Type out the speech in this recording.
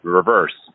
reverse